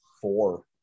four